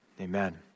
Amen